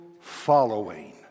following